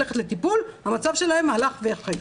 והמצב שלהם הלך והחריף.